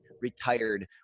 retired